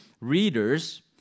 readers